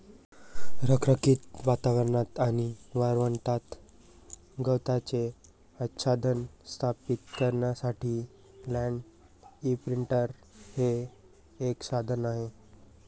रखरखीत वातावरणात आणि वाळवंटात गवताचे आच्छादन स्थापित करण्यासाठी लँड इंप्रिंटर हे एक साधन आहे